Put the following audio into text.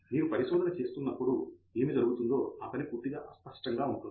మీరు పరిశోధన చేసినప్పుడు ఏమి జరుగుతుందో ఆ పని పూర్తిగా అస్పష్టంగా ఉంటుంది